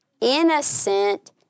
innocent